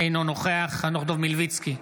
אינו נוכח חנוך דב מלביצקי,